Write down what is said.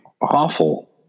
Awful